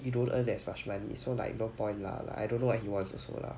you don't earn as much money so like no point lah like I don't know what he wants also lah